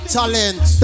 talent